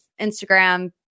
Instagram